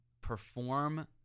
perform